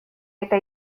eta